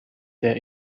der